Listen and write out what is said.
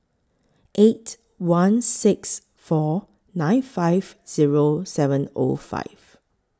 eight one six four nine five Zero seven O five